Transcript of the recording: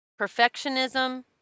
Perfectionism